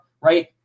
right